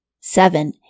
Seven